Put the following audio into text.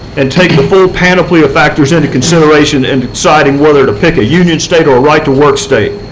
and take the full panoply of factors into consideration in deciding whether to pick a union state or a right-to-work state.